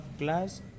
class